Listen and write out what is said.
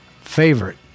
favorite